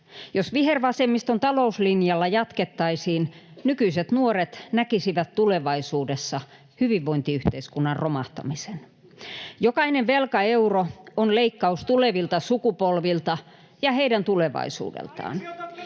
Jos vihervasemmiston talouslinjalla jatkettaisiin, nykyiset nuoret näkisivät tulevaisuudessa hyvinvointiyhteiskunnan romahtamisen. Jokainen velkaeuro on leikkaus tulevilta sukupolvilta ja heidän tulevaisuudeltaan.